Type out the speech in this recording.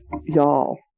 Y'all